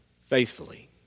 faithfully